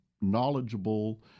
knowledgeable